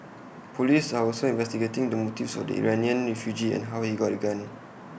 Police are also investigating the motives of the Iranian refugee and how he got A gun